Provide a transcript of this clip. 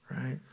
right